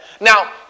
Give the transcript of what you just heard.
Now